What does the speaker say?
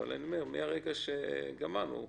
מרגע שגמרנו,